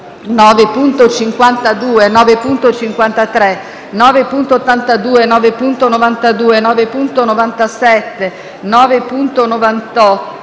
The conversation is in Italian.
9.52, 9.53, 9.82, 9.92, 9.97, 9.98,